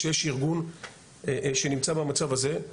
שיש ארגון שנמצא במצב הזה.